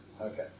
Okay